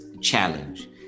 challenge